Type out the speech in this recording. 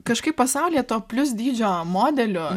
kažkaip pasaulyje to plius dydžio modelių